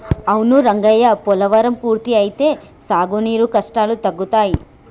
అవును రంగయ్య పోలవరం పూర్తి అయితే సాగునీరు కష్టాలు తగ్గుతాయి